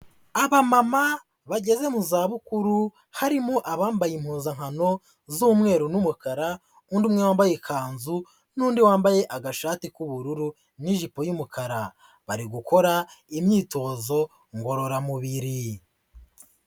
Abamama bageze mu zabukuru, harimo abambaye impuzankano z'umweru n'umukara, undi umwe wambaye ikanzu n'undi wambaye agashati k'ubururu n'ijipo y'umukara. Bari gukora imyitozo ngororamubiri.